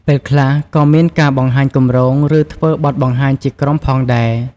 ពេលខ្លះក៏មានការបង្ហាញគម្រោង ឬធ្វើបទបង្ហាញជាក្រុមផងដែរ។